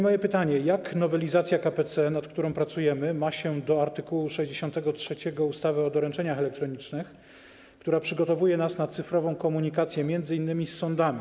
Moje pytanie: Jak nowelizacja k.p.c., nad którą pracujemy, ma się do art. 63 ustawy o doręczeniach elektronicznych, która przygotowuje nas na cyfrową komunikację m.in. z sądami?